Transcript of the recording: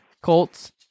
Colts